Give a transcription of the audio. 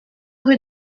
rue